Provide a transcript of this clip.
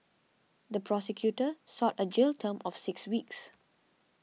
the prosecutor sought a jail term of six weeks